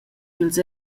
dils